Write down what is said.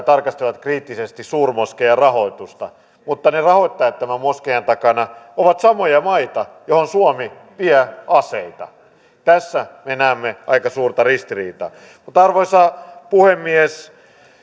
tarkastelevat kriittisesti suurmoskeijan rahoitusta mutta ne rahoittajat tämän moskeijan takana ovat samoja maita joihin suomi vie aseita tässä me näemme aika suurta ristiriitaa arvoisa puhemies